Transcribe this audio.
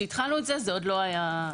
כשהתחלנו את זה, זה עוד לא היה שם.